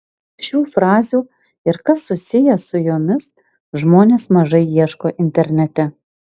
šių frazių ir kas susiję su jomis žmonės mažai ieško internete